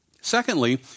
Secondly